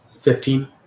Fifteen